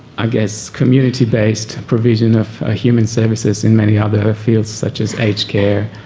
i guess, community-based provision of ah human services in many other fields such as aged care,